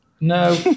no